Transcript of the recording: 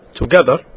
together